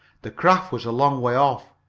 the craft was a long way off,